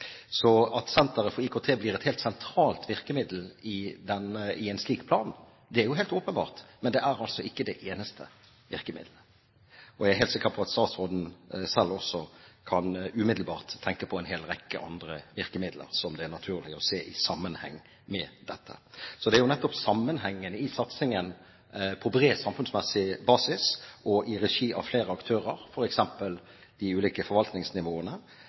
Så det at Senter for IKT blir et helt sentralt virkemiddel i en slik plan, er helt åpenbart. Men det er altså ikke det eneste virkemidlet. Og jeg er helt sikker på at statsråden selv også umiddelbart kan tenke på en rekke andre virkemidler som det er naturlig å se i sammenheng med dette. Det er jo nettopp sammenhengen i satsingen på bred samfunnsmessig basis og i regi av flere aktører, f.eks. de ulike forvaltningsnivåene,